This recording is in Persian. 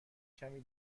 کمی